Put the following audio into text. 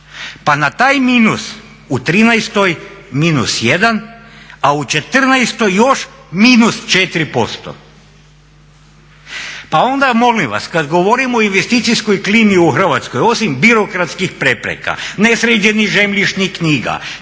Pa na taj minus u 2013. -1, a u 2014. još -4%. Pa onda molim vas kad govorimo o investicijskoj klimi u Hrvatskoj osim birokratskih prepreka, nesređenih zemljišnih knjiga,